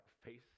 face